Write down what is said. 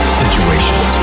situations